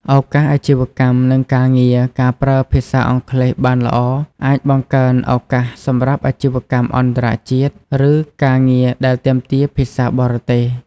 ឱកាសអាជីវកម្ម និងការងារ ការប្រើភាសាអង់គ្លេសបានល្អអាចបង្កើនឱកាសសម្រាប់អាជីវកម្មអន្តរជាតិ ឬការងារដែលទាមទារភាសាបរទេស។